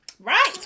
Right